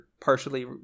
partially